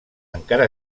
encara